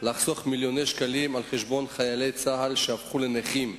לחסוך מיליוני שקלים על-חשבון חיילי צה"ל שהפכו נכים.